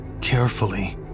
carefully